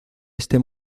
este